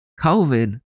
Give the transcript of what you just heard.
COVID